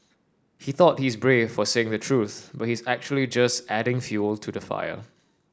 he thought he's brave for saying the truth but he's actually just adding fuel to the fire